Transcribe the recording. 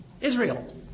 Israel